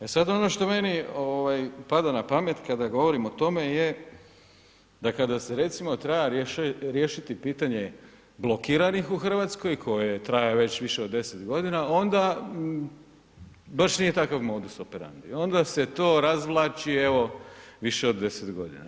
E sad ono što meni ovaj pada na pamet kada govorim o tome je da kada se recimo treba riješiti pitanje blokiranih u Hrvatskoj koje traje već više od 10 godina onda baš nije takav modus operandi onda se to razvlači evo više od 10 godina.